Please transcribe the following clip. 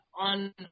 on